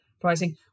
pricing